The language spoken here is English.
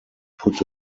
put